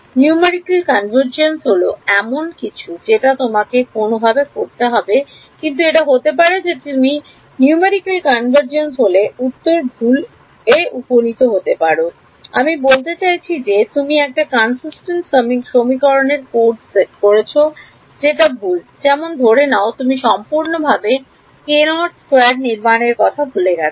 সংক্ষিপ্ত রূপান্তর হল এমন কিছু যেটা তোমাকে কোন ভাবে করতে হবে কিন্তু এটা হতে পারে যে তুমি সংক্ষিপ্ত রূপান্তর হয়ে ভুল উত্তর এ উপনীত হলে আমি বলতে চাইছি যে তুমি একটা সমীকরণের codeset করেছ যেটা ভুল যেমন ধরে নাও তুমি সম্পূর্ণভাবে নির্মাণের কথা ভুলে গেছো